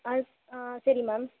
ஆ ஆ சரி மேம்